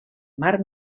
mar